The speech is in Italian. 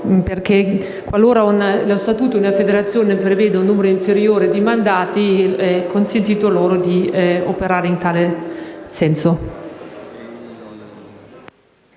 perché qualora uno statuto della federazione preveda un numero inferiore di mandati, è consentito di operare in tal senso.